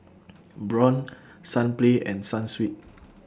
Braun Sunplay and Sunsweet